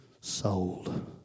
sold